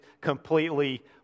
completely